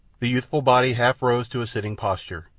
the youthful body half rose to a sitting posture.